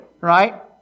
Right